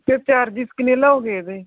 ਅਤੇ ਚਾਰਜਸ ਕਿੰਨੇ ਲਓਗੇ ਇਹਦੇ